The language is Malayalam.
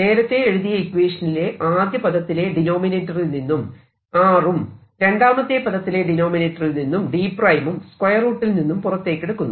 നേരത്തെ എഴുതിയ ഇക്വേഷനിലെ ആദ്യ പദത്തിലെ ഡിനോമിനേറ്ററിൽ നിന്നും r ഉം രണ്ടാമത്തെ പദത്തിലെ ഡിനോമിനേറ്ററിൽ നിന്നും d ഉം സ്ക്വയർ റൂട്ടിൽ നിന്നും പുറത്തേക്കെടുക്കുന്നു